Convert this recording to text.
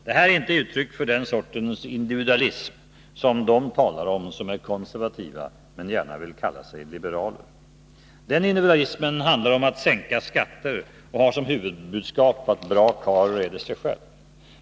Detta är inte uttryck för den sortens individualism som de talar om som är konservativa men gärna vill kalla sig liberaler. Den individualismen handlar om att sänka skatter och har som huvudbudskap att bra karl reder sig själv.